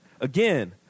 Again